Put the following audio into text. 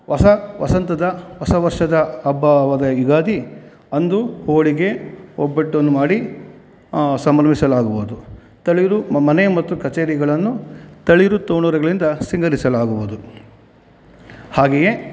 ಹೊಸ ವಸಂತದ ಹೊಸ ವರ್ಷದ ಹಬ್ಬವಾದ ಯುಗಾದಿ ಅಂದು ಹೋಳಿಗೆ ಒಬ್ಬಟ್ಟನ್ನು ಮಾಡಿ ಸಂಭ್ರಮಿಸಲಾಗುವುದು ತಳಿರು ಮನೆ ಮತ್ತು ಕಚೇರಿಗಳನ್ನು ತಳಿರುತೋರಣಗಳಿಂದ ಸಿಂಗರಿಸಲಾಗುವುದು ಹಾಗೆಯೇ